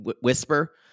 whisper